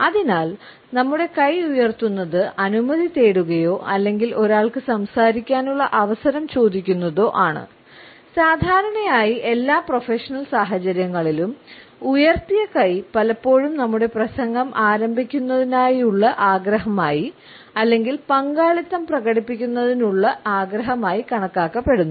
അതിനാൽ നമ്മുടെ കൈ ഉയർത്തുന്നത് അനുമതി തേടുകയോ അല്ലെങ്കിൽ ഒരാൾക്ക് സംസാരിക്കാനുള്ള അവസരം ചോദിക്കുന്നതോ ആണ് സാധാരണയായി എല്ലാ പ്രൊഫഷണൽ സാഹചര്യങ്ങളിലും ഉയർത്തിയ കൈ പലപ്പോഴും നമ്മുടെ പ്രസംഗം ആരംഭിക്കുന്നതിനായി ഉള്ള ആഗ്രഹമായി അല്ലെങ്കിൽ പങ്കാളിത്തം പ്രകടിപ്പിക്കുന്നതിനോ ഉള്ള ആഗ്രഹമായി കണക്കാക്കപ്പെടുന്നു